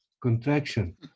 contraction